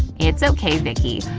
it's okay, vicki,